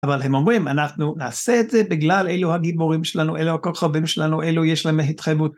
אבל הם אומרים "אנחנו נעשה את זה, בגלל אלו הגיבורים שלנו, אלו הכוכבים שלנו, אלו יש להם התחייבות."